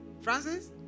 Francis